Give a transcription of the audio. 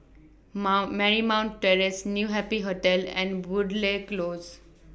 Marymount Terrace New Happy Hotel and Woodleigh Close